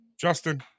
Justin